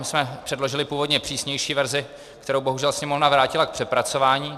My jsme předložili původně přísnější verzi, kterou bohužel Sněmovna vrátila k přepracování.